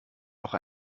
doch